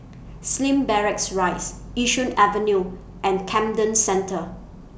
Slim Barracks Rise Yishun Avenue and Camden Centre